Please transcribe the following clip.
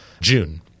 June